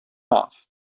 off